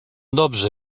dobrze